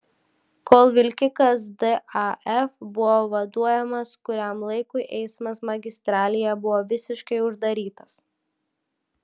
kol vilkikas daf buvo vaduojamas kuriam laikui eismas magistralėje buvo visiškai uždarytas